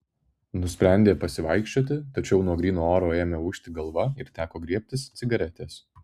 nusprendė pasivaikščioti tačiau nuo gryno oro ėmė ūžti galva ir teko griebtis cigaretės